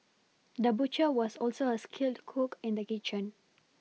the butcher was also a skilled cook in the kitchen